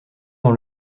dans